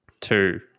two